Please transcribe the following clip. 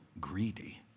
greedy